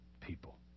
people